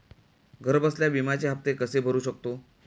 घरबसल्या विम्याचे हफ्ते कसे भरू शकतो?